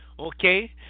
Okay